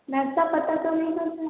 नशा पता तो नहीं करता है